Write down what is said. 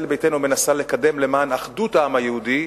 ביתנו מנסה לקדם למען אחדות העם היהודי,